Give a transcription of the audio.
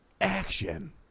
action